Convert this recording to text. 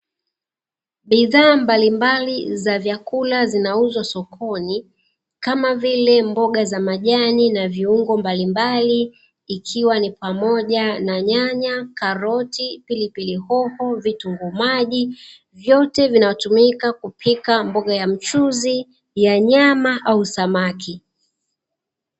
Bidhaa mbalimbali za vyakula zinauzwa sokoni kama vile; Mboga za Majani na viungo mbalimbali, ikiwa ni pamoja na: nyanya, karoti, pilipili hoho, vitunguu maji, vyote vinatumika kupika mboga ya mchuzi ya nyama au samaki.